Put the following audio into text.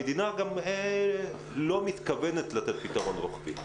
המדינה גם לא מתכוונת לתת פתרון רוחבי.